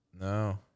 No